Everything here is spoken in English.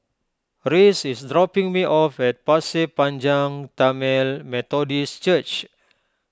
Rhys is dropping me off at Pasir Panjang Tamil Methodist Church